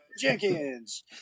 Jenkins